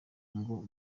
ngo